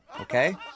okay